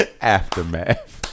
Aftermath